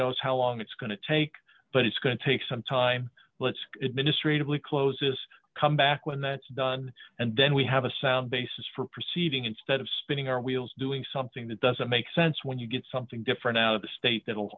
knows how long it's going to take but it's going to take some time let's administratively close this come back when that's done and then we have a sound basis for proceeding instead of spinning our wheels doing something that doesn't make sense when you get something different out of the state that will